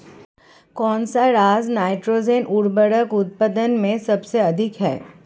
कौन सा राज नाइट्रोजन उर्वरक उत्पादन में सबसे अधिक है?